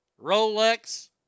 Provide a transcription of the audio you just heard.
Rolex